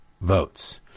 votes